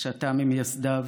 שאתה ממייסדיו.